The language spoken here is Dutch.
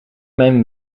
mijn